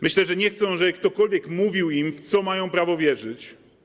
Myślę, że nie chcą, żeby ktokolwiek mówił im, w co mają prawo wierzyć.